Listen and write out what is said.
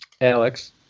Alex